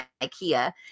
IKEA